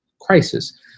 crisis